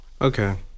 okay